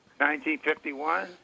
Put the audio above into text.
1951